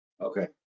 Okay